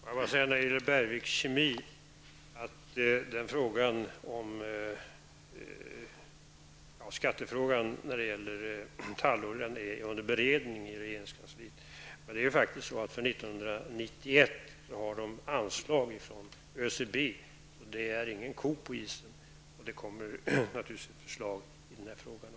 Herr talman! När det gäller Bergviks Kemi vill jag bara säga att skattefrågan när det gäller talloljan är under beredning i regeringskansliet. För 1991 har företaget fått anslag från ÖCB, så det är alltså ingen ko på isen, och det kommer naturligtvis ett förslag även i denna fråga.